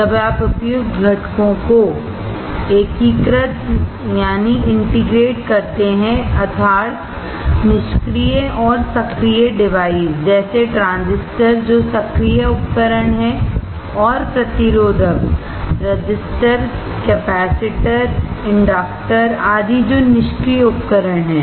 जब आप उपर्युक्त घटकों को एकीकृत करते हैं अर्थात निष्क्रिय और सक्रिय डिवाइस जैसे ट्रांजिस्टर जो सक्रिय उपकरण हैं और प्रतिरोधक कैपेसिटर इंडक्टर आदि जो निष्क्रिय उपकरण हैं